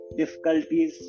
difficulties